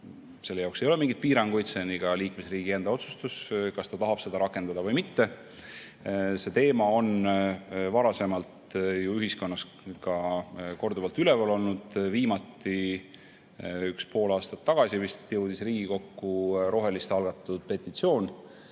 Selle jaoks ei ole mingeid piiranguid, see on iga liikmesriigi enda otsus, kas ta tahab seda rakendada või mitte. See teema on varasemalt ju ühiskonnas korduvalt üleval olnud. Viimati vist pool aastat tagasi jõudis Riigikokku roheliste algatatud petitsioon